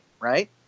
right